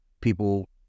people